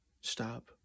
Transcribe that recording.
stop